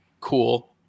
cool